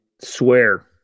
swear